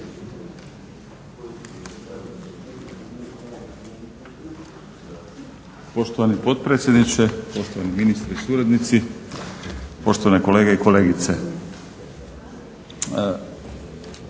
Poštovani potpredsjedniče, poštovani ministre i suradnici, poštovane kolege i kolegice.